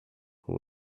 who